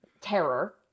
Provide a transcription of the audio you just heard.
terror